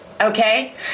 Okay